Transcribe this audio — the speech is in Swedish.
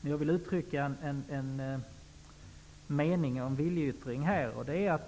Jag vill uttrycka en viljeyttring här.